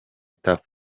tuff